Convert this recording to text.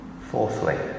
Fourthly